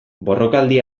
borrokaldi